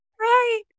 right